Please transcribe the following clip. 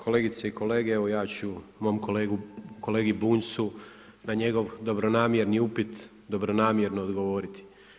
Kolegice i kolege, evo ja ću kolegi Bunjcu na njegov dobronamjerni upit, dobronamjerno odgovoriti.